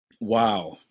Wow